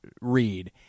read